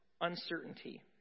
uncertainty